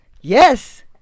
Yes